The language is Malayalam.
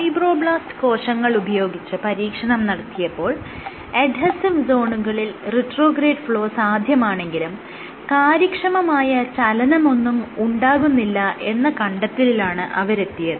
ഫൈബ്രോബ്ലാസ്റ് കോശങ്ങൾ ഉപയോഗിച്ച് പരീക്ഷണം നടത്തിയപ്പോൾ എഡ്ഹെസീവ് സോണുകളിൽ റിട്രോഗ്രേഡ് ഫ്ലോ സാധ്യമാണെങ്കിലും കാര്യക്ഷമമായ ചലനമൊന്നും ഉണ്ടാകുന്നില്ല എന്ന കണ്ടെത്തലിനാണ് അവരെത്തിയത്